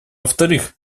вторых